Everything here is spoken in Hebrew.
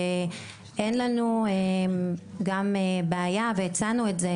אין לנו גם בעיה והצענו את זה,